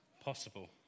possible